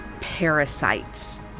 parasites